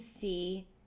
see